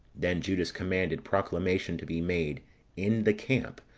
then judas commanded proclamation to be made in the camp,